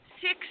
six